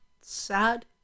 sad